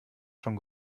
schon